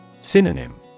Synonym